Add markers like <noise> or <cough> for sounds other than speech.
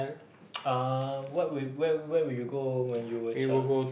<noise> uh what will where where will you go when you were a child